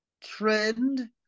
trend